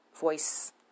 voice